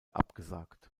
abgesagt